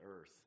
earth